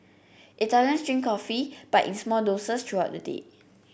Italians drink coffee but in small doses throughout the day